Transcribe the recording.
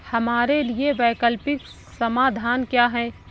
हमारे लिए वैकल्पिक समाधान क्या है?